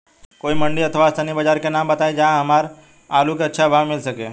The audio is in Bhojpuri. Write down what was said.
कोई मंडी अथवा स्थानीय बाजार के नाम बताई जहां हमर आलू के अच्छा भाव मिल सके?